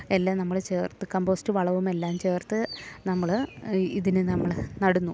എല്ലാം നമ്മൾ ചേർത്ത് കമ്പോസ്റ്റ് വളവുമെല്ലാം ചേർത്ത് നമ്മൾ ഇതിന് നമ്മൾ നടന്നു